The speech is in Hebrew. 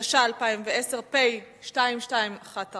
התש"ע 2010, פ/2214.